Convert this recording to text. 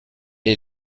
est